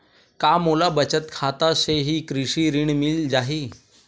का मोला बचत खाता से ही कृषि ऋण मिल जाहि?